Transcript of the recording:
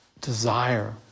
desire